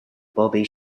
bobby